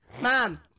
Mom